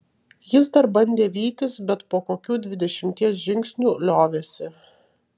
jis dar bandė vytis bet po kokių dvidešimties žingsnių liovėsi